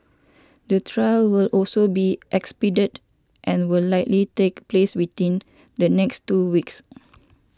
the trial will also be expedited and will likely take place within the next two weeks